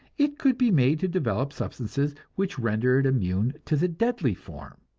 it could be made to develop substances which render it immune to the deadly form.